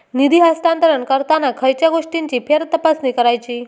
निधी हस्तांतरण करताना खयच्या गोष्टींची फेरतपासणी करायची?